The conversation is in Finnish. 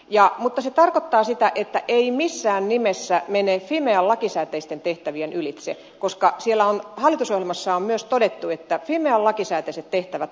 mutta se tarkoittaa sitä että se ei missään nimessä mene fimean lakisääteisten tehtävien ylitse koska siellä hallitusohjelmassa on myös todettu että fimean lakisääteiset tehtävät on ja pysyy